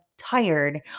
Tired